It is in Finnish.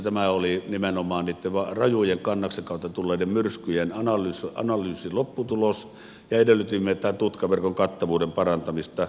tämä oli nimenomaan niitten rajujen kannaksen kautta tulleiden myrskyjen analyysin lopputulos ja edellytimme tämän tutkaverkon kattavuuden parantamista